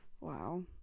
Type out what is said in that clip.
Wow